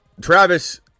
Travis